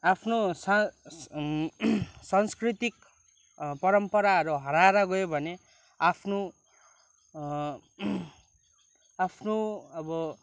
आफ्नो सांस सांस्कृतिक परम्पराहरू हराएर गयो भने आफ्नो आफ्नो अब